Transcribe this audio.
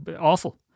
awful